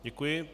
Děkuji.